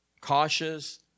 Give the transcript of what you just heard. Cautious